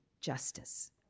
justice